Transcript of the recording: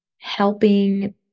helping